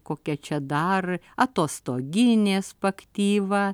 kokia čia dar atostoginė spaktyva